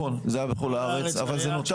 נכון, זה היה בכל הארץ אבל זה נותר